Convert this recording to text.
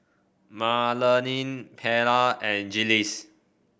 Marlene Perla and Jiles